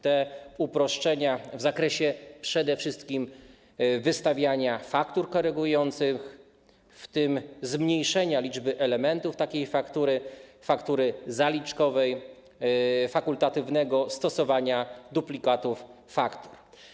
Te uproszczenia są przede wszystkim w zakresie wystawiania faktur korygujących, w tym zmniejszenia liczby elementów takiej faktury, faktury zaliczkowej, fakultatywnego stosowania duplikatów faktur.